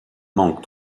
manque